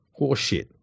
horseshit